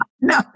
No